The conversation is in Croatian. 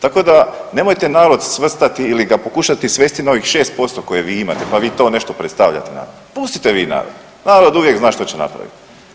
Tako da nemojte narod svrstati ili ga pokušati svesti na ovih 6% koje vi imate, pa vi to nešto predstavljate narod, pustite vi narod, narod uvijek zna što će napraviti.